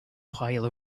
pile